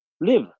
live